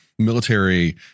Military